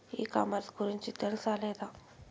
ఈ కామర్స్ గురించి తెలుసా లేదా?